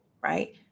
right